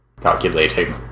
calculating